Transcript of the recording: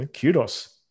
kudos